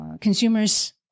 Consumers